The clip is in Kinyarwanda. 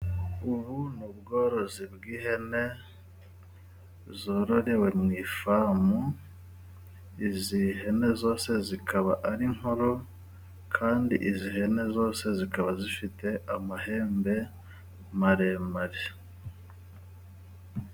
Ubu ni ubworozi bw'ihene zororewe mu ifamu. Izi hene zose zikaba ari nkuru kandi izi hene zose zikaba zifite amahembe maremare.